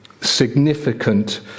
significant